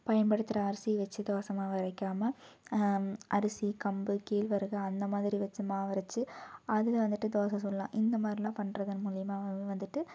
பயன்படுத்துகிற அரிசி வைச்சு தோசை மாவு அரைக்காமல் அரிசி கம்பு கேழ்வரகு அந்த மாதிரி வைச்சு மாவு அரைச்சி அதில் வந்துட்டு தோசை சுடலாம் இந்த மாதிரிலாம் பண்ணுறதன் மூலிமா வந்துட்டு